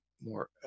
more